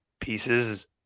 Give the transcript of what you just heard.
pieces